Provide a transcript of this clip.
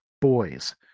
boys